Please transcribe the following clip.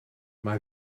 mae